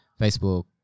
Facebook